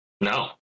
No